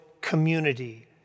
Community